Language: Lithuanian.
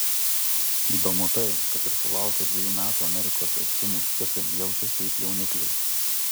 įdomu tai kad ir sulaukę dviejų metų amerikos eskimų špicai jaučiasi it jaunikliai